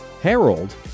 Harold